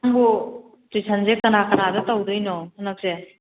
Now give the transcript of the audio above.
ꯅꯪꯕꯨ ꯇꯨꯏꯁꯟꯁꯦ ꯀꯅꯥ ꯀꯅꯥꯗ ꯇꯧꯗꯣꯏꯅꯣ ꯍꯟꯗꯛꯁꯦ